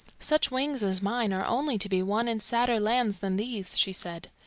such wings as mine are only to be won in sadder lands than these, she said.